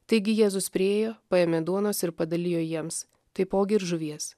taigi jėzus priėjo paėmė duonos ir padalijo jiems taipogi ir žuvies